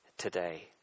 today